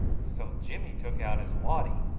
so jimmy took out his waddy,